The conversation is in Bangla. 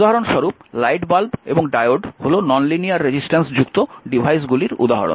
উদাহরণস্বরূপ লাইট বাল্ব এবং ডায়োড হল নন লিনিয়ার রেজিস্ট্যান্স যুক্ত ডিভাইসগুলির উদাহরণ